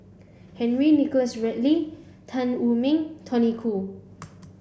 Henry Nicholas Ridley Tan Wu Meng Tony Khoo